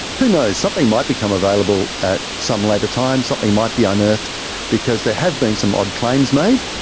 who knows, something might become available at some later time, something might be unearthed because there have been some odd claims made.